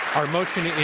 our motion